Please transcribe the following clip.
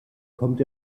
kommt